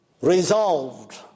resolved